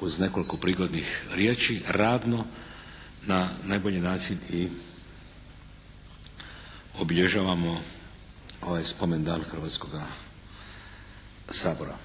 uz nekoliko prigodnih riječi, radno na najbolji način i obilježavamo ovaj spomen dan Hrvatskoga sabora.